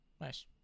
Nice